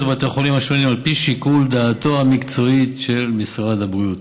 לבתי החולים השונים על פי שיקול דעתו המקצועי של משרד הבריאות.